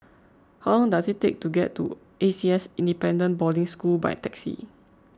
how long does it take to get to A C S Independent Boarding School by taxi